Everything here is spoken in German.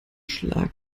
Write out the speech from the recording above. schlag